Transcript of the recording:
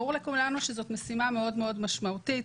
ברור לכולנו שזאת משימה מאוד משמעותית.